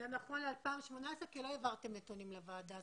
זה נכון ל-2018 כי לא העברתם נתונים לוועדה,